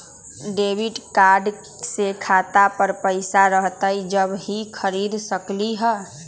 Debit card से खाता पर पैसा रहतई जब ही खरीद सकली ह?